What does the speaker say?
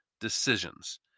decisions